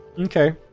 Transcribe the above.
Okay